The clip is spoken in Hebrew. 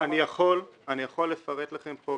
אני יכול לפרט לכם כאן.